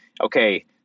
okay